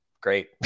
great